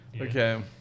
Okay